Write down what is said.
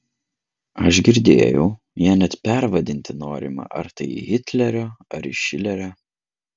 aš girdėjau ją net pervadinti norima ar tai į hitlerio ar į šilerio